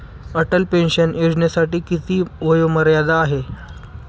Atal pension योजनेसाठी किती वयोमर्यादा आहे?